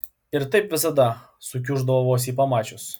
ir taip visada sukiuždavo vos jį pamačiusi